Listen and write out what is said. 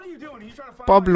Pablo